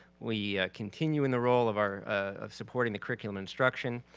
we continue in the role of our of supporting the curriculum instruction.